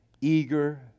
eager